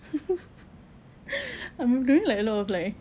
I'm doing like a lot of like